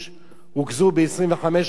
רוכזו ב-25 מחנות.